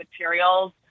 materials